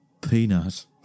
Peanuts